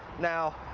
now,